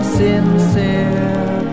sincere